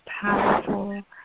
powerful